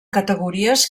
categories